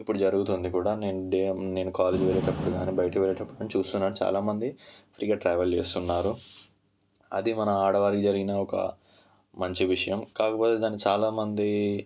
ఇప్పుడు జరుగుతుంది కూడా నేను డే కాలేజ్కి వెళ్ళేటప్పుడు బయటికి వెళ్ళేటప్పుడు చూస్తున్నాను చాలామంది ఫ్రీగా ట్రావెల్ చేస్తున్నారు అది మన ఆడవారికి జరిగిన ఒక మంచి విషయం కాకపోతే దాన్ని చాలామంది